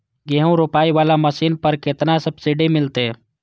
गेहूं रोपाई वाला मशीन पर केतना सब्सिडी मिलते?